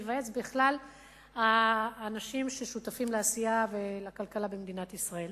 להיוועץ בכלל האנשים ששותפים לעשייה ולכלכלה במדינת ישראל,